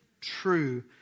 True